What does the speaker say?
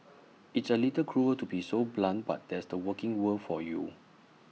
it's A little cruel to be so blunt but that's the working world for you